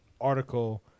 article